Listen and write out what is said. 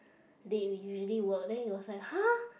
they usually work then he was like !huh!